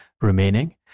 remaining